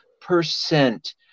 percent